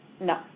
No